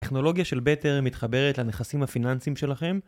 טכנולוגיה של בטר מתחברת לנכסים הפיננסים שלכם